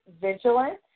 vigilant